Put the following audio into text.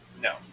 No